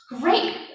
Great